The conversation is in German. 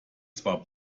zwar